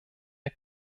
der